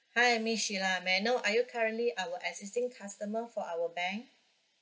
hi miss shila may I know are you our existing customer for our bank